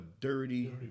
dirty